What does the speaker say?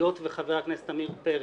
היות וחבר הכנסת עמיר פרץ,